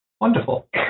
Wonderful